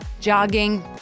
Jogging